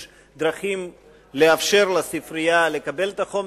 יש דרכים לאפשר לספרייה לקבל את החומר